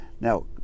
Now